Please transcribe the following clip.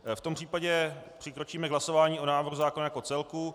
V tom případě přikročíme k hlasování o návrhu zákona jako celku.